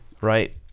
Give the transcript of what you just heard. Right